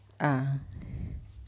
ah